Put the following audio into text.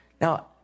Now